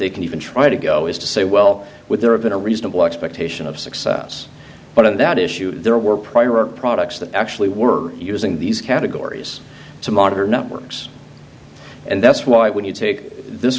they can even try to go is to say well with there have been a reasonable expectation of success but on that issue there were prior products that actually were using these categories to monitor not works and that's why when you take this